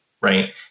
right